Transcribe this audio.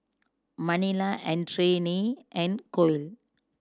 Manilla Adrienne and Kole